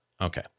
Okay